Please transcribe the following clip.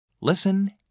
Listen